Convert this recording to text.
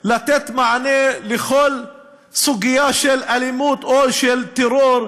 לתת מענה לכל סוגיה של אלימות או של טרור,